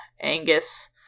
Angus